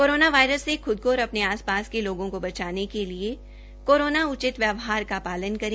corona virus से ख्द को और अपने आस पास के लोगों को बचाने के लिए कोरोना उचित व्यवहार का पालन करें